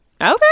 Okay